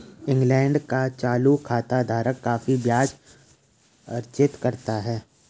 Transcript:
England का चालू खाता धारक काफी ब्याज अर्जित करता है